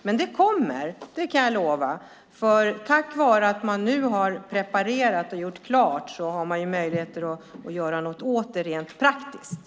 Men det kommer, det kan jag lova. Tack vare att man nu har preparerat och gjort klart har man möjlighet att göra något åt det rent praktiskt.